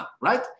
right